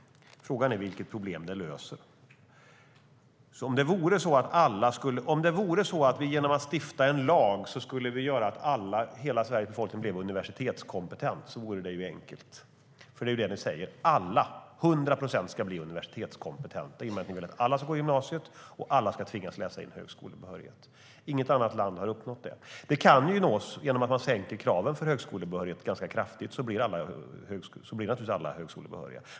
Frågan är vilket problem det löser. Om det vore så att vi genom att stifta en lag kunde göra alla i hela Sveriges befolkning universitetskompetenta vore det enkelt. Det ni säger är att alla, 100 procent, ska bli universitetskompetenta. Ni vill att alla ska gå i gymnasiet och att alla ska tvingas läsa in högskolebehörighet. Inget annat land har uppnått det. Det kan nås. Genom att man sänker kraven för högskolebehörighet ganska kraftigt blir naturligtvis alla högskolebehöriga.